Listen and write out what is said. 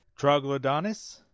Troglodonis